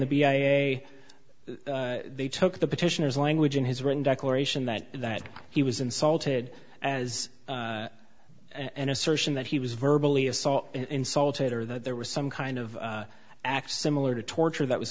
the b a a they took the petitioners language in his written declaration that that he was insulted as an assertion that he was verbal ie assault insulted or that there was some kind of x similar to torture that was